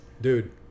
Dude